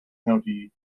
county